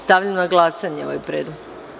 Stavljam na glasanje ovaj Predlog.